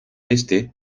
este